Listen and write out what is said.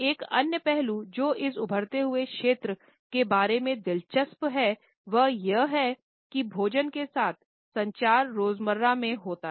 एक अन्य पहलू जो इस उभरते हुए क्षेत्र के बारे में दिलचस्प है वह यह है कि भोजन के साथ संचार रोज़मर्रा में होता है